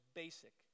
basic